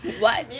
what